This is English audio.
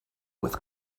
with